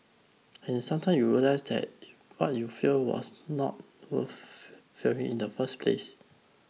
and sometime you realise that you what you feared was not worth fearing in the first place